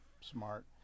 smart